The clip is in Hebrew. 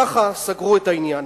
ככה סגרו את העניין,